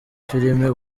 filime